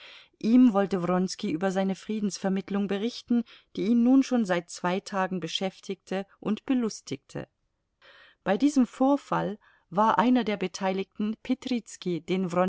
ihm wollte wronski über seine friedensvermittlung berichten die ihn nun schon seit zwei tagen beschäftigte und belustigte bei diesem vorfall war einer der beteiligten petrizki den